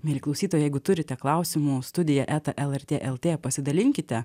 mieli klausytojai jeigu turite klausimų studija eta lrt lt pasidalinkite